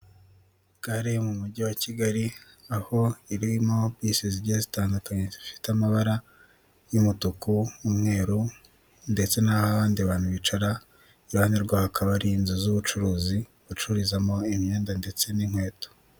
Gare yo mu mujyi wa Kigali aho iba irimo bisi zigiye zitandukanye zifite amabara y'umutuku n'umweru ndetse n'aho abandi bantu bicara iruhande rwaho hakaba ari inzu z'ubucuruzi bacururizamo imyenda ndetse n'inkweto.